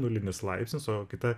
nulinis laipsnis o kita